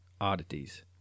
oddities